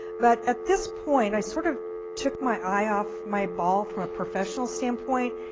but at this point, i sort of took my eye off my ball from a professional standpoint,